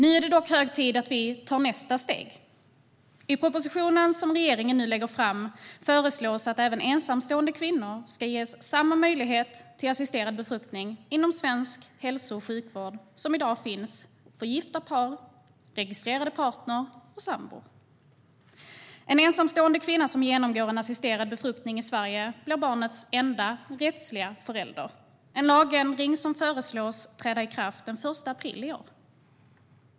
Nu är det dock hög tid att vi tar nästa steg. I propositionen som regeringen nu lägger fram föreslås att ensamstående kvinnor ska ges samma möjlighet till assisterad befruktning inom svensk hälso och sjukvård som i dag finns för gifta par, registrerade partner och sambor. En ensamstående kvinna som genomgår en assisterad befruktning i Sverige blir barnets enda rättsliga förälder - en lagändring som föreslås träda i kraft den 1 april i år.